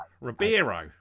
Ribeiro